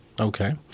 Okay